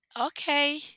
Okay